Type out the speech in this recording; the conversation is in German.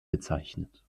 bezeichnet